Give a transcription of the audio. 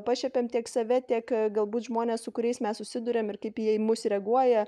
pašiepiam tiek save tiek galbūt žmones su kuriais mes susiduriam ir kaip jie į mus reaguoja